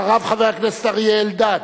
ואחריו, חבר הכנסת אריה אלדד.